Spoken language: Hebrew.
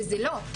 וזה לא.